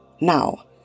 Now